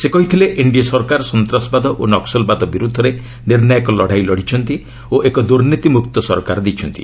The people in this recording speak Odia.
ସେ କହିଥିଲେ ଏନ୍ଡିଏ ସରକାର ସନ୍ତାସବାଦ ଓ ନକ୍କଲବାଦ ବିରୁଦ୍ଧରେ ନିର୍ଷାୟକ ଲଢ଼େଇ ଲଢ଼ିଛନ୍ତି ଓ ଏକ ଦୁର୍ନୀତିମୁକ୍ତ ସରକାର ଦେଇଛନ୍ତି